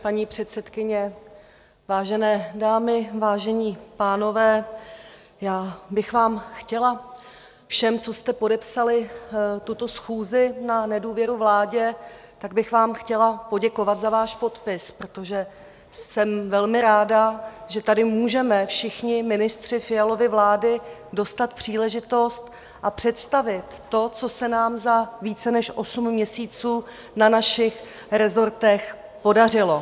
Paní předsedkyně, vážené dámy, vážení pánové, já bych vám chtěla všem, co jste podepsali tuto schůzi na nedůvěru vládě, tak bych vám chtěla poděkovat za váš podpis, protože jsem velmi ráda, že tady můžeme všichni ministři Fialovy vlády dostat příležitost a představit to, co se nám za více než osm měsíců na našich resortech podařilo.